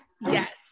Yes